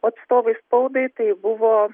o atstovai spaudai tai buvo